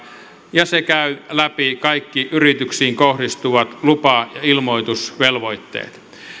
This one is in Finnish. ja se käy läpi kaikki yrityksiin kohdistuvat lupa ja ilmoitusvelvoitteet